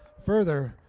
further,